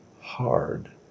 hard